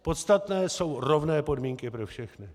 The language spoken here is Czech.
Podstatné jsou rovné podmínky pro všechny.